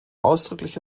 ausdrücklich